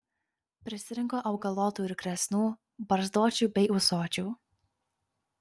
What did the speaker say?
prisirinko augalotų ir kresnų barzdočių bei ūsočių